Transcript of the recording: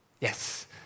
Yes